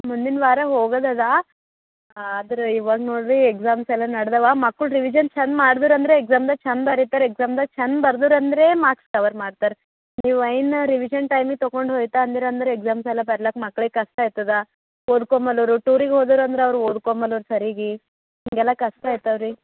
ಮುಂದಿನ ವಾರ ಹೋಗೋದದಾ ಆದ್ರೆ ಇವಾಗ ನೋಡಿರಿ ಎಕ್ಸಾಮ್ಸ್ ಎಲ್ಲ ನಡ್ದವೆ ಮಕ್ಕಳು ರಿವಿಜನ್ ಛಂದ ಮಾಡಿದರಂದ್ರೆ ಎಕ್ಸಾಮ್ದಾಗ ಛಂದ ಬರೀತಾರೆ ಎಕ್ಸಾಮ್ದಾಗ ಛಂದ ಬರ್ದರು ಅಂದರೆ ಮಾರ್ಕ್ಸ್ ಕವರ್ ಮಾಡ್ತಾರೆ ನೀವು ಇನ್ನು ರಿವಿಜನ್ ಟೈಮಿಗೆ ತಗೊಂಡ್ ಹೋಯ್ತು ಅಂದಿರಿ ಅಂದ್ರೆ ಎಕ್ಸಾಮ್ಸ್ ಎಲ್ಲ ಬರಿಲಾಕ್ಕೆ ಮಕ್ಳಿಗೆ ಕಷ್ಟ ಆಗ್ತದ ಓದ್ಕೊಂಡು ಟೂರಿಗೆ ಹೋದರು ಅಂದ್ರೆ ಅವ್ರು ಓದ್ಕೊಂಡು ಸರೀಗೆ ಹೀಗೆಲ್ಲ ಕಷ್ಟ ಆಗ್ತಾವ್ ರೀ